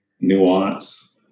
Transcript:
nuance